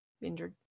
injured